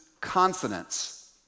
consonants